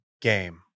game